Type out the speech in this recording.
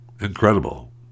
incredible